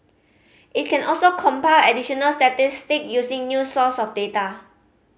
it can also compile additional statistic using new source of data